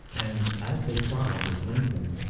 and, as they climbed, it lengthened,